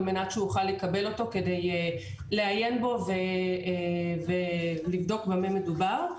מנת שאוכל לקבל אותו כדי לעיין בו ולבדוק במה מדובר.